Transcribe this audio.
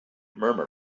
murmur